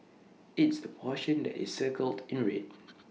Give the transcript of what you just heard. it's the portion that is circled in the red